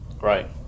Right